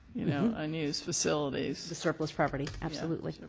you know, unused facilities. the surplus property, absolutely.